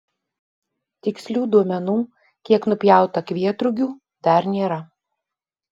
tikslių duomenų kiek nupjauta kvietrugių dar nėra